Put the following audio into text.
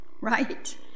right